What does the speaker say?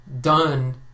done